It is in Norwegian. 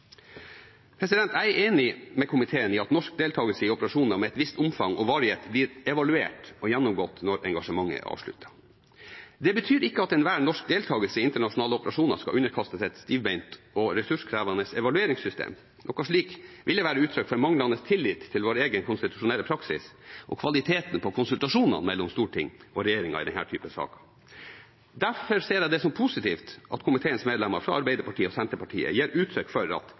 former. Jeg er enig med komiteen i at norsk deltakelse i operasjoner med et visst omfang og en viss varighet blir evaluert og gjennomgått når engasjementet er avsluttet. Det betyr ikke at enhver norsk deltakelse i internasjonale operasjoner skal underkastes et stivbent og ressurskrevende evalueringssystem. Noe slikt ville vært uttrykk for manglende tillit til vår egen konstitusjonelle praksis og kvaliteten på konsultasjonene mellom storting og regjering i denne typen saker. Derfor ser jeg det som positivt at komiteens medlemmer fra Arbeiderpartiet og Senterpartiet gir uttrykk for at